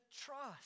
trust